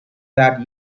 that